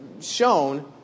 shown